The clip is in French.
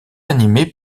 animée